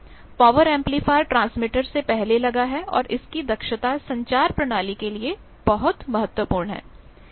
power amplifier transmitter से पहले लगा है और इसकी दक्षता संचार प्रणाली के लिए बहुत महत्वपूर्ण है